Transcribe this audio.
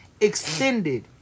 extended